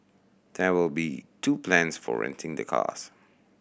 there will be two plans for renting the cars